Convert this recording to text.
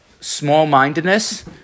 small-mindedness